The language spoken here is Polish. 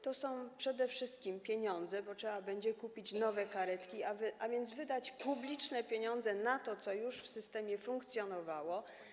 To są przede wszystkim pieniądze, bo trzeba będzie kupić nowe karetki, a więc wydać publiczne pieniądze na to, co już w systemie funkcjonowało.